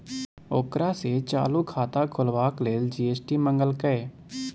ओकरा सँ चालू खाता खोलबाक लेल जी.एस.टी मंगलकै